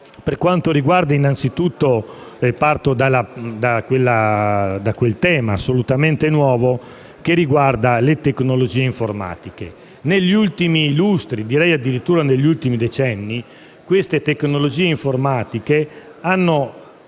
segretezza diversificati. Parto dal tema, assolutamente nuovo, che riguarda le tecnologie informatiche. Negli ultimi lustri, direi addirittura negli ultimi decenni, le tecnologie informatiche hanno